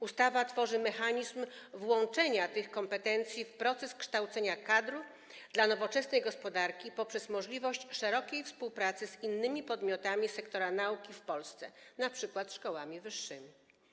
Ustawa tworzy mechanizm włączenia tych kompetencji w proces kształcenia kadr dla nowoczesnej gospodarki poprzez możliwość szerokiej współpracy z innymi podmiotami sektora nauki w Polsce, np. szkołami wyższymi.